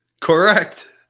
Correct